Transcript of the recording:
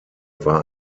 war